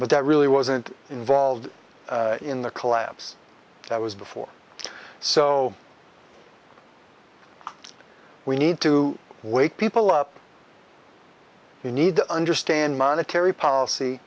but that really wasn't involved in the collapse that was before so we need to wake people up you need to understand monetary